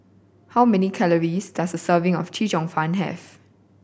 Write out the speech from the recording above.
how many calories does a serving of Chee Cheong Fun have